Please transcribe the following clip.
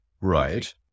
Right